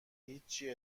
هیچی